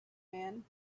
man